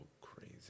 crazy